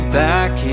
back